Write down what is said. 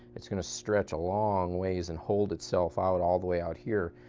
it's going to stretch a long ways and hold itself out all the way out here.